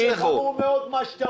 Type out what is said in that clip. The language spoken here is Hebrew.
זה חמור מאוד מה שאתה אומר.